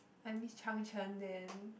I miss chang-chen then